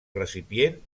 recipient